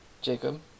Jacob